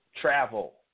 travel